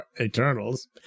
Eternals